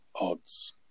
odds